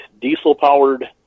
diesel-powered